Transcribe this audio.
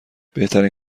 بهترین